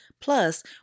Plus